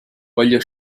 voglio